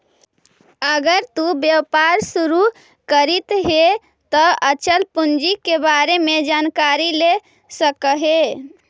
अगर तु व्यापार शुरू करित हे त अचल पूंजी के बारे में जानकारी ले सकऽ हे